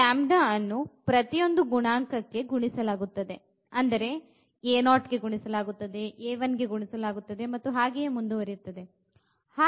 ಈ λ ಅನ್ನು ಪ್ರತಿಯೊಂದು ಗುಣಾಂಕ ಕ್ಕೆ ಗುಣಿಸಲಾಗುತ್ತದೆ ಅಂದರೆ a0 ಗೆ ಗುಣಿಸಲಾಗುತ್ತದೆ a1 ಗೆ ಗುಣಿಸಲಾಗತ್ತದೆ ಮತ್ತು ಹಾಗೆಯೇ ಮುಂದುವರೆಯುತ್ತದೆ